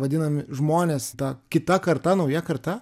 vadinami žmonės ta kita karta nauja karta